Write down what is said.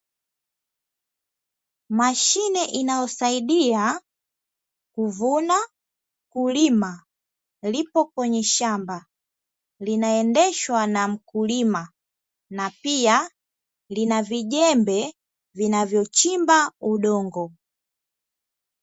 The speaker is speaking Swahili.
Mashine linalosaidia kuvuna, kulima; lipo kwenye shamba, linaendeshwa na mkulima na pia lina vijembe vinavyochimba udongo.